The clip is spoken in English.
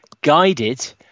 guided